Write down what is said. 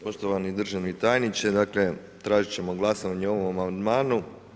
Poštovani državni tajniče, dakle tražit ćemo glasovanje o ovom amandmanu.